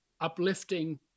Uplifting